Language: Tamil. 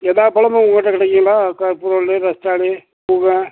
எல்லாப் பழமும் உங்கள் கிட்ட கிடைக்குங்களா கற்பூரவல்லி ரஸ்தாளி பூவன்